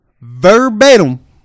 verbatim